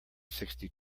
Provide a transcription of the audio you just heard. sixty